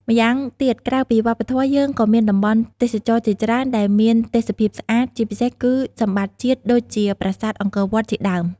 ម្យ៉ាងទៀតក្រៅពីវប្បធម៌ យើងក៏មានតំបន់ទេសចរណ៍ជាច្រើនដែលមានទេសភាពស្អាត ជាពិសេសគឺសម្បត្តិជាតិដូចជាប្រាសាទអង្គរវត្តជាដើម។